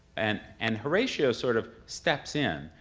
and and horatio sort of steps in,